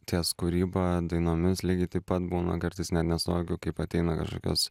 ties kūryba dainomis lygiai taip pat būna kartais net nesuvokiu kaip ateina kažkokios